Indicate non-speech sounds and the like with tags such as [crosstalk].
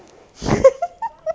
[laughs]